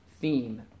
theme